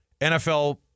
NFL